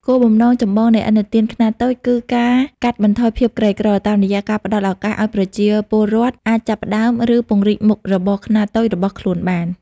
គោលបំណងចម្បងនៃឥណទានខ្នាតតូចគឺការកាត់បន្ថយភាពក្រីក្រ តាមរយៈការផ្ដល់ឱកាសឱ្យប្រជាពលរដ្ឋអាចចាប់ផ្ដើម ឬពង្រីកមុខរបរខ្នាតតូចរបស់ខ្លួនបាន។